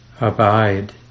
abide